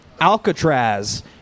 Alcatraz